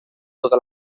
tota